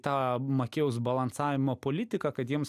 tą makėjaus balansavimo politiką kad jiems